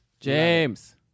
James